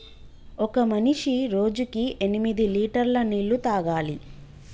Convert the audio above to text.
ఒక మనిషి రోజుకి ఎనిమిది లీటర్ల నీళ్లు తాగాలి